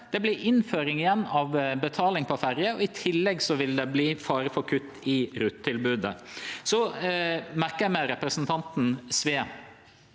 det vert innføring igjen av betaling på ferje, og i tillegg vil det verte fare for kutt i rutetilbodet. Så merka eg meg representanten Sve,